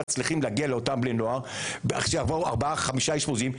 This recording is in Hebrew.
מצליחים להגיע לאותם בני נוער שעברו ארבעה-חמישה אשפוזים?